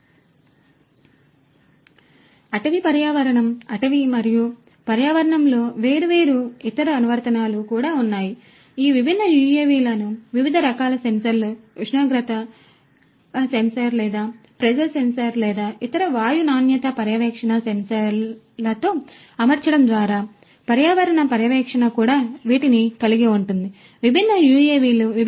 కాబట్టి అటవీ పర్యావరణం అటవీ మరియు పర్యావరణంలో వేర్వేరు ఇతర అనువర్తనాలు కూడా ఉన్నాయి ఈ విభిన్న యుఎవిలను వివిధ రకాల సెన్సార్లు ఉష్ణోగ్రత సెన్సార్ లేదా ప్రెజర్ సెన్సార్ లేదా ఇతర వాయు నాణ్యత పర్యవేక్షణ సెన్సార్లతో అమర్చడం ద్వారా పర్యావరణ పర్యవేక్షణ కూడా వీటిని కలిగి ఉంటుంది విభిన్న UAV లు